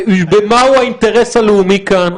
ומהו האינטרס הלאומי כאן,